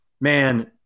man